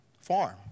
farm